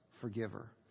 forgiver